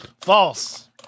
False